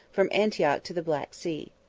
from antioch to the black sea.